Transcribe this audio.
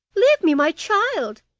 leave me my child,